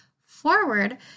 forward